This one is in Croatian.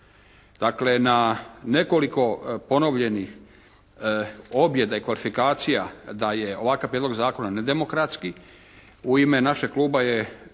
Dakle na nekoliko ponovljenih objeda i kvalifikacija da je ovakav prijedlog zakona nedemokratski u ime našeg kluba je